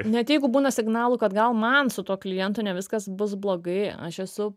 net jeigu būna signalų kad gal man su tuo klientu ne viskas bus blogai aš esu